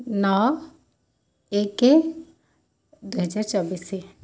ନଅ ଏକ ଦୁଇ ହଜାର ଚବିଶ